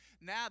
Now